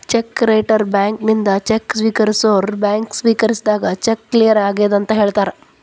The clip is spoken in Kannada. ಚೆಕ್ ರೈಟರ್ ಬ್ಯಾಂಕಿನಿಂದ ಚೆಕ್ ಸ್ವೇಕರಿಸೋರ್ ಬ್ಯಾಂಕ್ ಸ್ವೇಕರಿಸಿದಾಗ ಚೆಕ್ ಕ್ಲಿಯರ್ ಆಗೆದಂತ ಹೇಳ್ತಾರ